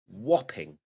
whopping